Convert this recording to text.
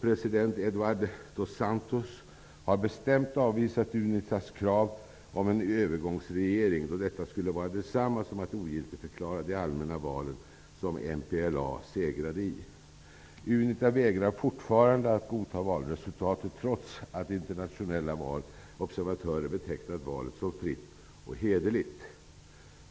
President Eduardo Dos Santos har bestämt avvisat Unitas krav om en övergångsregering, då detta skulle vara detsamma som en ogiltigförklaring av de allmänna val som MPLA segrade i. Unita vägrar fortfarande att godta valresultatet, trots att internationella observatörer har betecknat valet som fritt och hederligt.